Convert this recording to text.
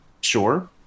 sure